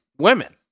women